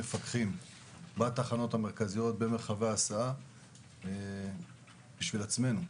מפקחים בתחנות המרכזיות במרחב ההסעה בשביל עצמנו,